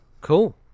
cool